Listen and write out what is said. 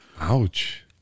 Ouch